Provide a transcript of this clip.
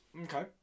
Okay